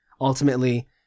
ultimately